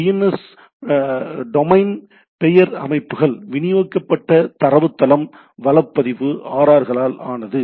எனவே டொமைன் பெயர் அமைப்புகள் விநியோகிக்கப்பட்ட தரவுத் தளம் வள பதிவு RR களால் ஆனது